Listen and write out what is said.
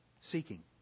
seeking